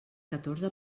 catorze